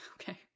Okay